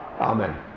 Amen